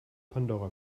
pandora